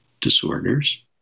disorders